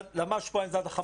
למה שבועיים זה עד 15 בינואר?